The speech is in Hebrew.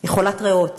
היא חולת ריאות